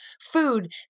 food